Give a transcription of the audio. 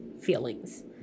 feelings